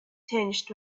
tinged